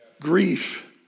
Grief